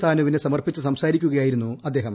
സാനുവിന് സമർപ്പിച്ച് സംസാരിക്കുകയായിരുന്നു അദ്ദേഹം